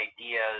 ideas